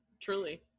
truly